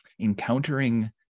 encountering